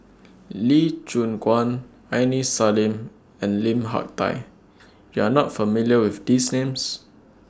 Lee Choon Guan Aini Salim and Lim Hak Tai YOU Are not familiar with These Names